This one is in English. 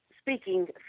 speaking